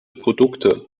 produkte